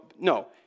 no